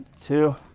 two